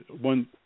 one